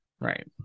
Right